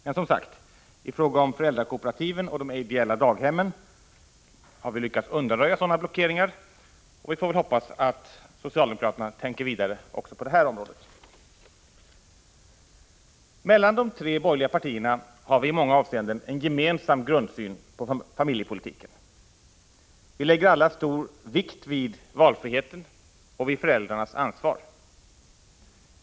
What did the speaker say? Men, som sagt, i fråga om föräldrakooperativen och de idella daghemmen har vi nu lyckats undanröja sådana blockeringar, och vi får väl hoppas att ni tänker vidare också på det här området. Mellan de tre borgerliga partierna har vi i många avseenden en gemensam grundsyn på familjepolitiken. Vi lägger alla stor vikt vid valfriheten och vid föräldrarnas ansvar.